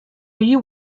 you